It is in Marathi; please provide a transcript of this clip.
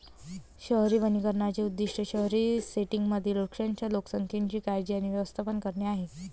शहरी वनीकरणाचे उद्दीष्ट शहरी सेटिंग्जमधील वृक्षांच्या लोकसंख्येची काळजी आणि व्यवस्थापन करणे आहे